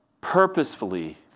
purposefully